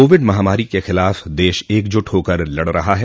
Covid महामारी के खिलाफ देश एकजुट होकर लड़ रहा है